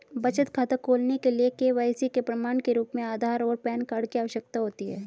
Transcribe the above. बचत खाता खोलने के लिए के.वाई.सी के प्रमाण के रूप में आधार और पैन कार्ड की आवश्यकता होती है